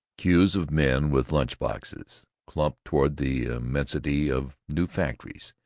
cues of men with lunch-boxes clumped toward the immensity of new factories,